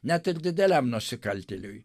net ir dideliam nusikaltėliui